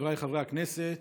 חבריי חברי הכנסת,